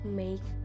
make